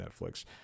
netflix